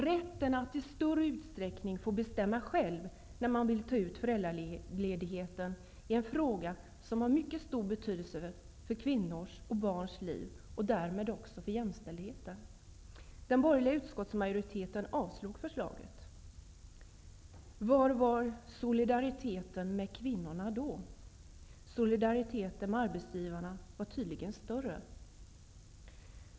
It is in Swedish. Rätten att i större utsträckning få bestämma själv när man vill ta ut föräldraledigheten är en fråga som har mycket stor betydelse för kvinnors och barns liv och därmed också för jämställdheten. Den borgerliga utskottsmajoriteten avslog förslaget. Var fanns solidariteten med kvinnorna då? Solidariteten med arbetsgivarna var tydligen större.